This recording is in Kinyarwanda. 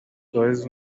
suarez